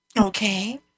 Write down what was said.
Okay